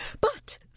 But